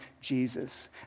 Jesus